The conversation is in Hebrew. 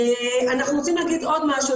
אנחנו רוצים להגיד עוד משהו,